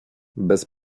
bez